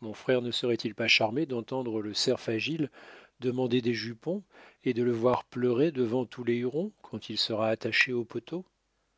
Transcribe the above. mon frère ne serait t il pas charmé d'entendre le cerfagile demander des jupons et de le voir pleurer devant tous les hurons quand il sera attaché au poteau